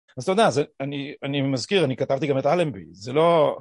אז אתה יודע, אני מזכיר, אני כתבתי גם את אלנבי, זה לא...